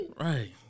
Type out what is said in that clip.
Right